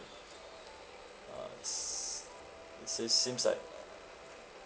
uh s~ it says seems like uh